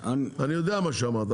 אני יודע מה שאמרת,